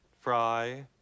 Fry